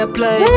play